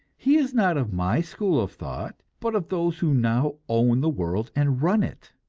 he is not of my school of thought, but of those who now own the world and run it.